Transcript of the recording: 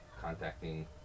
contacting